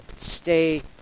stay